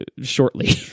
shortly